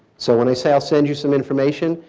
so when i say i'll send you some information,